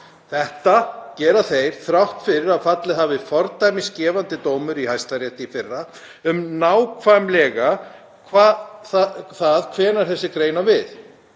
Þetta gera þeir þrátt fyrir að fallið hafi fordæmisgefandi dómur í Hæstarétti í fyrra um nákvæmlega það hvenær þessi grein á við.